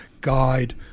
guide